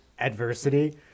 adversity